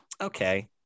okay